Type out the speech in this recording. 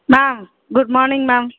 ma'am good morning ma'am